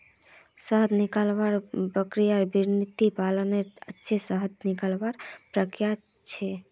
शहद निकलवार प्रक्रिया बिर्नि पालनत छत्ता से शहद निकलवार प्रक्रिया छे